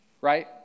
right